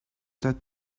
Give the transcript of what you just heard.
that